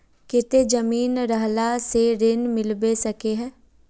केते जमीन रहला से ऋण मिलबे सके है?